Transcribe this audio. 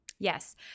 Yes